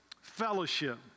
fellowship